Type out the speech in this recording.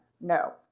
no